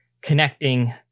connecting